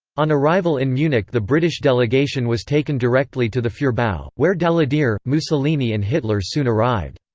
on arrival in munich the british delegation was taken directly to the fuhrerbau, where daladier, mussolini and hitler soon arrived.